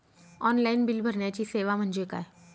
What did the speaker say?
Online bill भरण्याची सेवा म्हणजे काय?